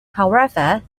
however